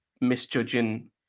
misjudging